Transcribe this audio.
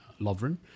Lovren